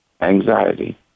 anxiety